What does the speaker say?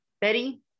Betty